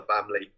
family